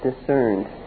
discerned